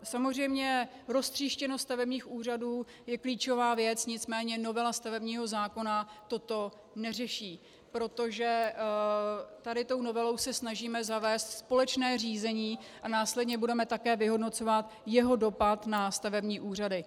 Samozřejmě roztříštěnost stavebních úřadů je klíčová věc, nicméně novela stavebního zákona to neřeší, protože touto novelou se snažíme zavést společné řízení a následně budeme také vyhodnocovat jeho dopad na stavební úřady.